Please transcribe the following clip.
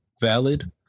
valid